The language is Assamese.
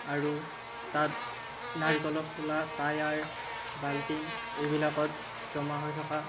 আৰু তাত নাৰিকলৰ ফুলা টাইয়াৰ বাল্টিং এইবিলাকত জমা হৈ থকা